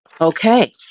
okay